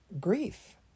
grief